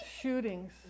shootings